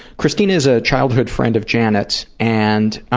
christina's a childhood friend of janet's and